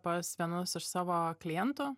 pas vienus iš savo klientų